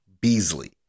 Beasley